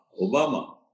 Obama